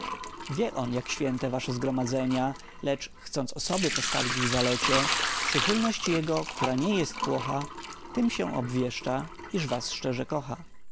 wie on jak święte wasze zgromadzenia lecz chcąc osoby postawić w zalecie przychylność jego która nie jest płocha tym się obwieszcza iż was szczerze kocha